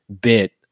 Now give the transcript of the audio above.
bit